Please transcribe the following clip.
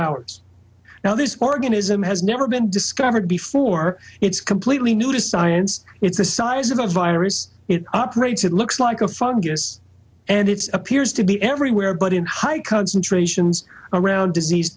hours now this organism has never been discovered before it's completely new to science it's the size of a virus it operates it looks like a fungus and it's appears to be everywhere but in high concentrations around dis